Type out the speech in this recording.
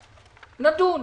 נדון,